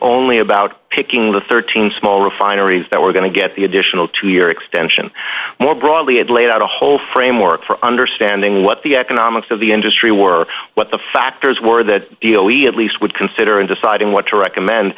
only about picking the thirteen small refineries that were going to get the additional two year extension more broadly it laid out a whole framework for understanding what the economics of the industry were what the factors were that deal we at least would consider in deciding what to recommend